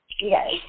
Yes